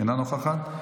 אינה נוכחת,